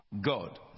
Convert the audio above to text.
God